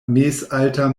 mezalta